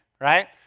right